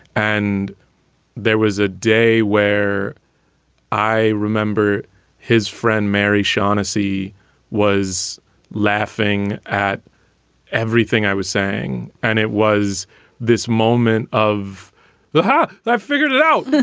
and there was a day where i remember his friend mary shaughnessy was laughing at everything i was saying. and it was this moment of the heart heart i figured it out